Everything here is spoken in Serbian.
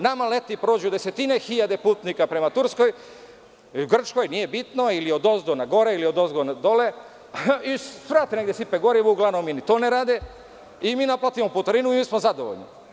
Nama leti prođu desetine hiljada putnika prema Turskoj, Grčkoj, nije bitno, ili odozdo na gore, ili odozgo na dole, svrate negde sipaju gorivo, uglavnom ni to ne rade, i mi naplatimo putarinu i mi smo zadovoljni.